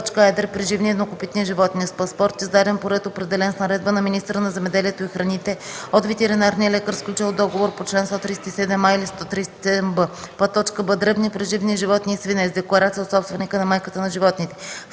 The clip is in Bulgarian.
преживни и еднокопитни животни – с паспорт, издаден по ред, определен с наредба на министъра на земеделието и храните, от ветеринарния лекар, сключил договор по чл. 137а или 137б; б) дребни преживни животни и свине – с декларация от собственика на майката на животните;